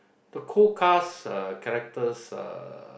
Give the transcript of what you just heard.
the co-cast uh characters uh